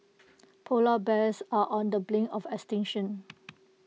Polar Bears are on the brink of extinction